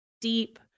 deep